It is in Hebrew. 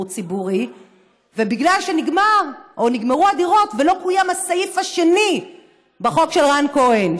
ציבורי ובגלל שנגמר או נגמרו הדירות ולא קוים הסעיף השני בחוק של רן כהן,